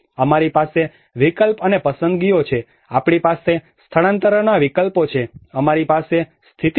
અમારી પાસે વિકલ્પ અને પસંદગીઓ છે આપણી પાસે સ્થળાંતરનાં વિકલ્પો છે અમારી પાસે સ્થિતિ છે